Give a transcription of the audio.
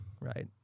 right